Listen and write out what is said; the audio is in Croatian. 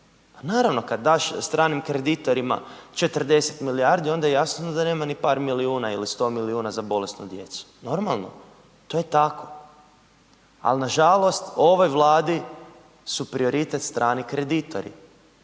naravno kad daš stranim kreditorima 40 milijardi onda jasno da nema ni par milijuna ili 100 milijuna za bolesnu djecu, normalno. To je tako. Ali nažalost ovoj Vladi su prioritet strani kreditori,